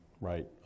right